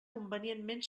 convenientment